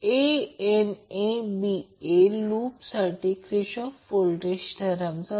तर Ia Vab √ 3 angle - 30o Z y